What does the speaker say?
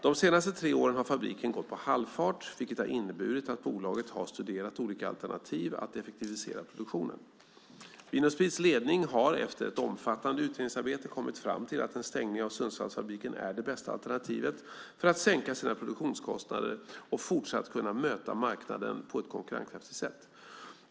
De senaste tre åren har fabriken gått på halvfart, vilket har inneburit att bolaget har studerat olika alternativ att effektivisera produktionen. Vin & Sprits ledning har efter ett omfattande utredningsarbete kommit fram till att en stängning av Sundsvallsfabriken är det bästa alternativet för att sänka produktionskostnaderna och fortsatt kunna möta marknaden på ett konkurrenskraftigt sätt.